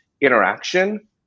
interaction